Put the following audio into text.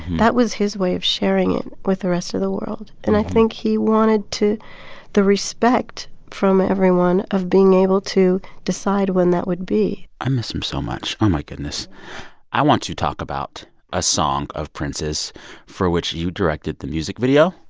that was his way of sharing it with the rest of the world. and i think he wanted to the respect from everyone of being able to decide when that would be i miss him so much. oh, my goodness i want to talk about a song of prince's for which you directed the music video.